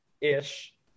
ish